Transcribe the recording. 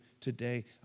today